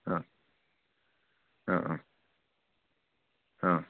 ആ ആ ആ ആ